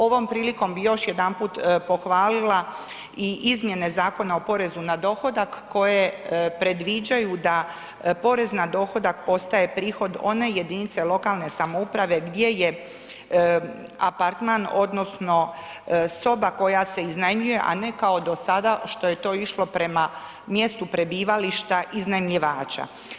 Ovom prilikom bi još jedanput pohvalila i izmjene Zakona o porezu na dohodak koje predviđaju da porez na dohodak postaje prihod one jedinice lokalne samouprave gdje je apartman odnosno soba koja se iznajmljuje, a ne kao do sada što je to išlo prema mjestu prebivališta iznajmljivača.